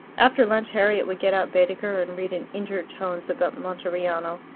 after lunch harriet would get out baedeker, and read in injured tones about monteriano,